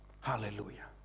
Hallelujah